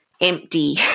empty